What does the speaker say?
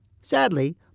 Sadly